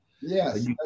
Yes